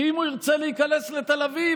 כי אם הוא ירצה להיכנס לתל אביב,